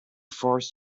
forced